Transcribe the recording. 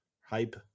hype